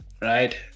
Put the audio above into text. right